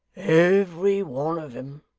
every one of em,